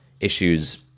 issues